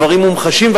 הדברים מומחשים,